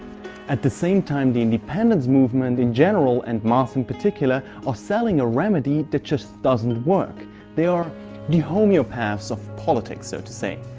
at the same time, the independence movement in general, and mas in particular, are selling a remedy that just doesn't work they're the homoeopaths of politics, so to say.